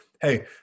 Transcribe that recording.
Hey